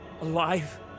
Alive